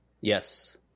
Yes